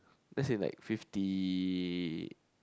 that's in like fifty